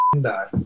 die